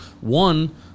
one